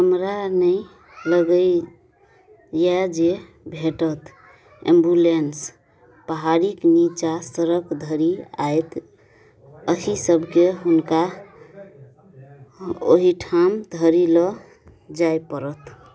हमरा नहि लगइए जे भेटत एम्बुलेंस पहाड़ीक नीचा सड़क धरि आइत अहि सबके हुनका ओहिठाम धरि लऽ जाय पड़त